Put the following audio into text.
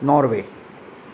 Norway